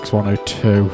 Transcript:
X102